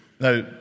Now